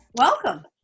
Welcome